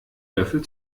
löffel